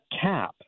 cap